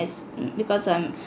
because I'm